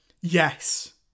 Yes